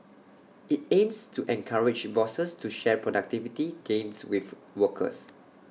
IT aims to encourage bosses to share productivity gains with workers